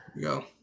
Go